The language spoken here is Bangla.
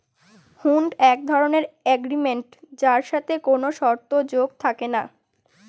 হুন্ড এক ধরনের এগ্রিমেন্ট যার সাথে কোনো শর্ত যোগ থাকে না